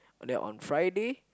oh they're on Friday